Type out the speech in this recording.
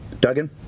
Duggan